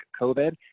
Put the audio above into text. COVID